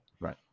Right